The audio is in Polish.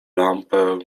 lampę